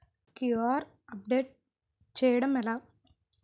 QR update చేయడం ఎలా?